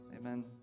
Amen